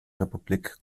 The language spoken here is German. republik